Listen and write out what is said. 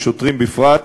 ושוטרים בפרט,